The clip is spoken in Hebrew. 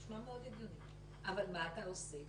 נשמע מאוד הגיוני, אבל מה אתה עושה?